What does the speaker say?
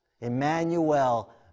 Emmanuel